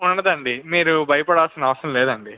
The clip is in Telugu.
ఉండదు అండి మీరు భయపడాల్సిన అవసరం లేదండి